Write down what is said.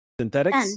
synthetics